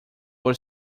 por